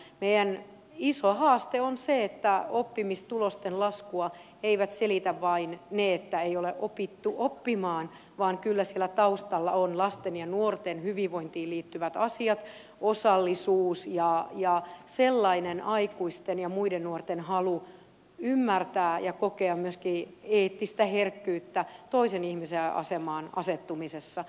meidän iso haaste on se että oppimistulosten laskua ei selitä vain se että ei ole opittu oppimaan vaan kyllä siellä taustalla on lasten ja nuorten hyvinvointiin liittyvät asiat osallisuus ja sellainen aikuisten ja muiden nuorten halu ymmärtää ja kokea myöskin eettistä herkkyyttä toisen ihmisen asemaan asettumisessa